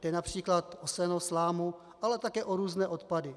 Jde například o seno, slámu, ale také o různé odpady.